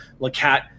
Lacat